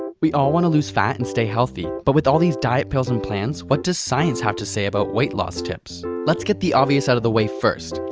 we all want to lose fat and stay healthy. but with all these diet pills and plans, what does science have to say about weight loss tips? let's get the obvious out of the way first.